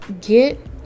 get